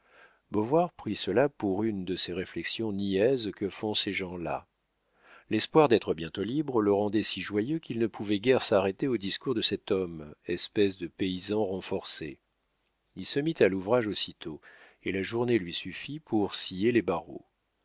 beauvoir prit cela pour une de ces réflexions niaises que font ces gens-là l'espoir d'être bientôt libre le rendait si joyeux qu'il ne pouvait guère s'arrêter aux discours de cet homme espèce de paysan renforcé il se mit à l'ouvrage aussitôt et la journée lui suffit pour scier les barreaux